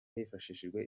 hifashishijwe